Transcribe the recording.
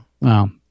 wow